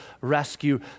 rescue